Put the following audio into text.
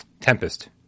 Tempest